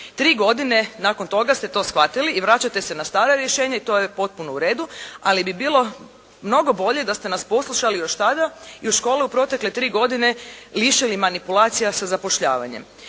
Tri godine nakon toga ste to shvatili i vraćate se na staro rješenje i to je potpuno u redu, ali bi bilo mnogo bolje da ste nas poslušali još tada i u škole u protekle tri godine lišili manipulacija sa zapošljavanjem.